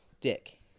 dick